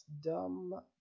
dumb